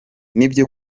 nibyo